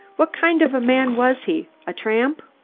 what kind of man was he a tramp?